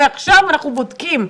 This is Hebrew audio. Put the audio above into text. מעכשיו אנחנו בודקים.